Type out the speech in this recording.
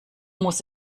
muss